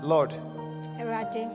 Lord